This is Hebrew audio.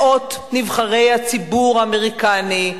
מאות נבחרי הציבור האמריקני,